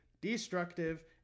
destructive